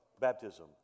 baptism